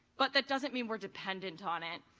but that doesn't mean we're dependent on it.